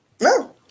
No